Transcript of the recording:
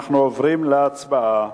אנחנו עוברים להצבעה.